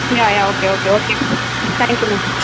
yeah yeah okay okay okay ma'am thank you ma'am